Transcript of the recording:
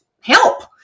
help